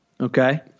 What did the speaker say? Okay